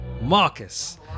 Marcus